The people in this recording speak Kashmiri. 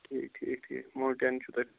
ٹھیٖک ٹھیٖک ٹھیٖک ماونٹین چھو تۄہہِ